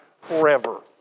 forever